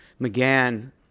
McGann